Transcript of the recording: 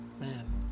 man